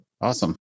awesome